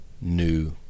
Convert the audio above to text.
new